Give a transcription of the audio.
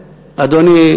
אדוני,